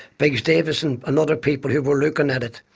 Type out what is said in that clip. biggs davison and other people who were looking at it.